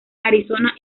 arizona